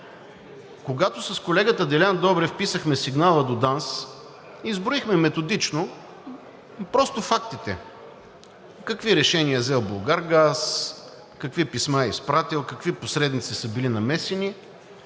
Когато с колегата Делян Добрев писахме сигнала до ДАНС, изброихме методично просто фактите – какви решения е взел „Булгаргаз“, какви писма е изпратил, какви посредници са били намесени.